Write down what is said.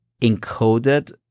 encoded